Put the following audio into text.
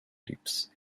lips